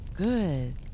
Good